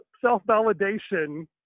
self-validation